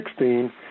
2016